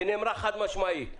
ונאמרה חד-משמעית.